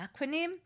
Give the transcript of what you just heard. acronym